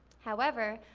however,